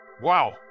Wow